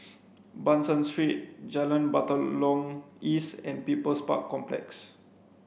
Ban San Street Jalan Batalong East and People's Park Complex